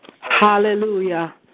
hallelujah